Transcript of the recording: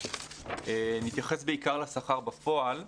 נתייחס בעיקר לשכר בפועל,